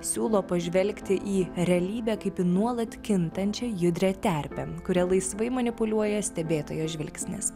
siūlo pažvelgti į realybę kaip į nuolat kintančią judrią terpę kuria laisvai manipuliuoja stebėtojo žvilgsnis